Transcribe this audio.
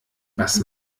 was